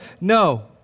No